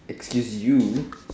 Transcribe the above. excuse you